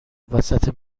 وسط